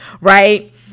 right